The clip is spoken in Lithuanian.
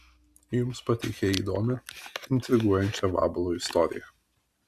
jums pateikia įdomią intriguojančią vabalo istoriją